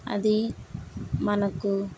అది మనకు